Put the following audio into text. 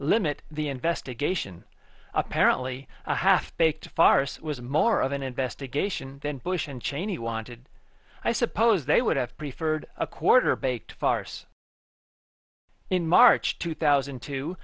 limit the investigation apparently a half baked farce was more of an investigation than bush and cheney wanted i suppose they would have preferred a quarter baked farce in march two thousand